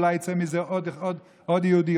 אולי יצא ממנו עוד יהודי,